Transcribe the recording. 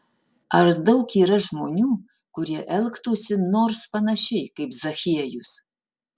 ar daug yra žmonių kurie elgtųsi nors panašiai kaip zachiejus